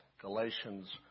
Galatians